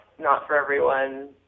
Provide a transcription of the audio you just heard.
not-for-everyone